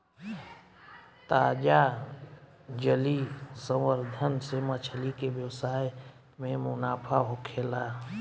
ताजा जलीय संवर्धन से मछली के व्यवसाय में मुनाफा होखेला